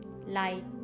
light